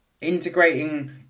integrating